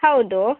ಹೌದು